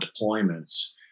deployments